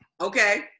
Okay